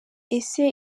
ese